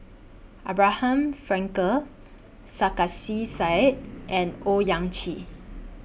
Abraham Frankel Sarkasi Said and Owyang Chi